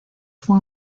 fue